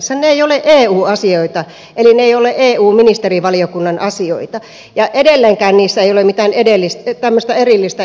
ne eivät ole eu asioita eli ne eivät ole eu ministerivaliokunnan asioita ja edelleenkään niissä ei ole mitään erillistä instrumenttia